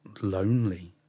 lonely